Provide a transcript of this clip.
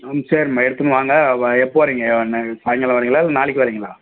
ம் சரிம்மா எடுத்துன்னு வாங்க எப்போ வர்றீங்க சாய்ங்காலம் வர்றீங்களா இல்லை நாளைக்கு வர்றீங்களா